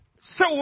Se